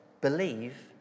believe